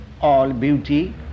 all-beauty